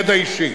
מידע אישי.